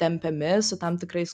tempiami su tam tikrais